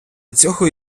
цього